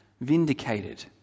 vindicated